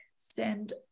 Send